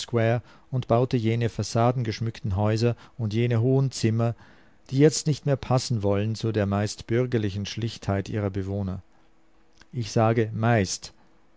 und baute jene fassaden geschmückten häuser und jene hohen zimmer die jetzt nicht mehr passen wollen zu der meist bürgerlichen schlichtheit ihrer bewohner ich sage meist